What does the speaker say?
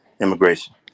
immigration